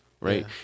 right